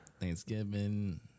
Thanksgiving